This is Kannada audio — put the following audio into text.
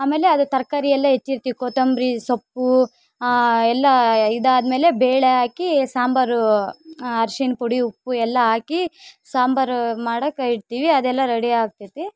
ಆಮೇಲೆ ಅದೆ ತರಕಾರಿ ಎಲ್ಲ ಹೆಚ್ಚಿರ್ತಿವಿ ಕೊತಂಬ್ರಿ ಸೊಪ್ಪು ಎಲ್ಲ ಇದಾದ್ಮೇಲೆ ಬೇಳೆ ಹಾಕಿ ಸಾಂಬಾರು ಅರ್ಶಿಣ ಪುಡಿ ಉಪ್ಪು ಎಲ್ಲ ಹಾಕಿ ಸಾಂಬಾರು ಮಾಡೋಕೆ ಇಡ್ತೀವಿ ಅದೆಲ್ಲಾ ರೆಡಿ ಆಗ್ತದೆ